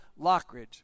Lockridge